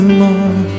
more